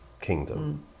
kingdom